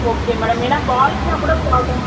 okay madam ஏன்னால் பாய்ஸ்னால் கூட ப்ராப்ளம்